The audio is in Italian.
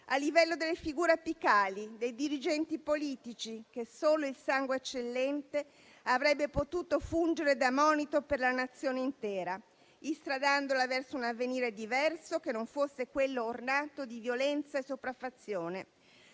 a livello delle figure apicali, dei dirigenti politici, perché solo il sangue eccellente avrebbe potuto fungere da monito per la Nazione, instradandola verso un avvenire diverso che non fosse quello ornato di violenza e sopraffazione.